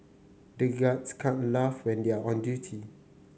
the guards can't laugh when they are on duty